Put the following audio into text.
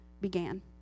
began